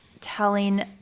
telling